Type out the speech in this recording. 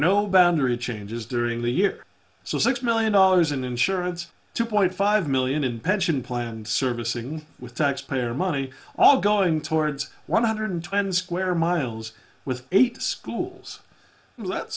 no boundary changes during the year so six million dollars in insurance two point five million in pension plans servicing with taxpayer money all going towards one hundred ten square miles with eight schools